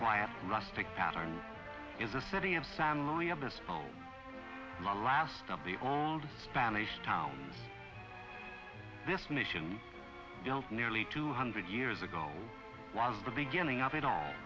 quiet rustic pattern is a city of san luis obispo last of the old spanish town this mission nearly two hundred years ago was the beginning of it all